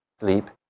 sleep